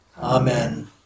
Amen